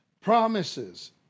promises